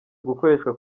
gukoreshwa